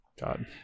God